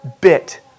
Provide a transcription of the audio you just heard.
bit